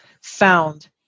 found